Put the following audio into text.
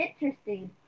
interesting